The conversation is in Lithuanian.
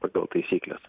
pagal taisykles